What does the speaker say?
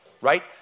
right